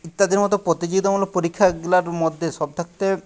ইত্যাদির মতো প্রতিযোগিতামূলক পরীক্ষাগুলোর মধ্যে সব থাকতে